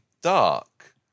dark